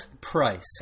Price